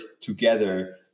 together